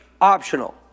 optional